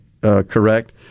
correct